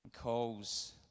calls